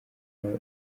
nawe